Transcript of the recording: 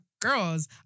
girls